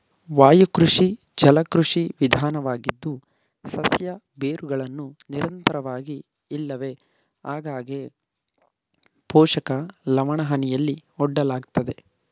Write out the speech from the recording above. ವಾಯುಕೃಷಿ ಜಲಕೃಷಿ ವಿಧಾನವಾಗಿದ್ದು ಸಸ್ಯ ಬೇರುಗಳನ್ನು ನಿರಂತರವಾಗಿ ಇಲ್ಲವೆ ಆಗಾಗ್ಗೆ ಪೋಷಕ ಲವಣಹನಿಯಲ್ಲಿ ಒಡ್ಡಲಾಗ್ತದೆ